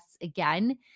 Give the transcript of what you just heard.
again